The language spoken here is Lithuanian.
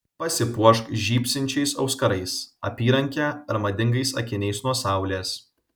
pasipuošk žybsinčiais auskarais apyranke ar madingais akiniais nuo saulės